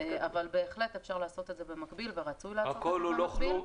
אבל בהחלט אפשר לעשות את זה במקביל ורצוי לעשות את זה במקביל.